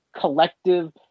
Collective